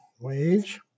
wage